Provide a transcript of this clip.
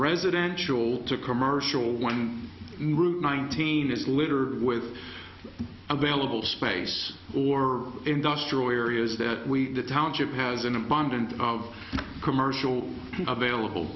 residential to commercial one nineteen is littered with available space or industrial areas that we the township has an abundance of commercial available